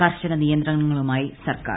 കർശന നിയന്ത്രണങ്ങളുമായി സർക്കാർ